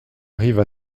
arrive